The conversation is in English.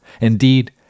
Indeed